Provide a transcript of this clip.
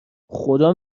خدا